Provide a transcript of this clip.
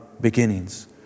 beginnings